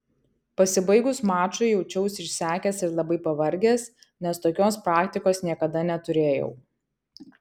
pasibaigus mačui jaučiausi išsekęs ir labai pavargęs nes tokios praktikos niekada neturėjau